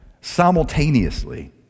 simultaneously